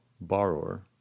borrower